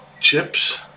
chips